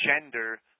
gender